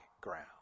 ground